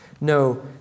No